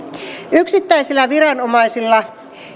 yksittäisillä viranomaisilla